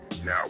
Now